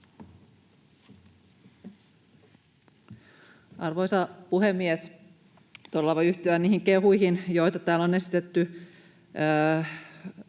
Arvoisa puhemies! Todella voi yhtyä niihin kehuihin, joita täällä on esitetty